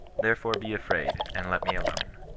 therefore be afraid, and let me alone.